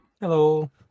Hello